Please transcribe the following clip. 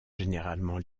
généralement